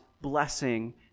blessing